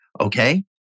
okay